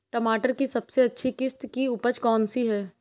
टमाटर की सबसे अच्छी किश्त की उपज कौन सी है?